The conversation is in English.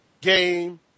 game